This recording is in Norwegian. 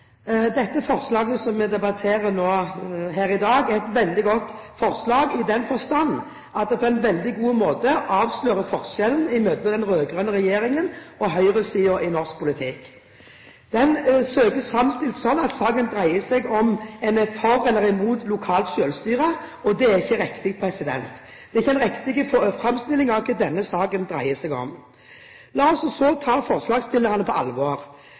måte avslører forskjellen mellom den rød-grønne regjeringen og høyresiden i norsk politikk. Det søkes framstilt slik at saken dreier seg om en er for eller imot lokalt selvstyre, men det er ikke riktig. Det er ikke en riktig framstilling av hva denne saken dreier seg om. La oss så ta forslagsstillerne på alvor.